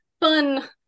fun